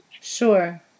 Sure